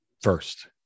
first